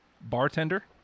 Bartender